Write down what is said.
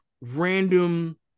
random